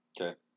Okay